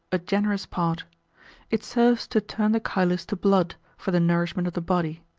a generous part it serves to turn the chylus to blood, for the nourishment of the body.